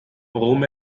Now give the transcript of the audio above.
warum